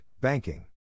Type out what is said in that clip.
Banking